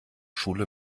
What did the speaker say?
schule